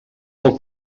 del